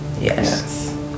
Yes